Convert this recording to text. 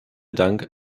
dank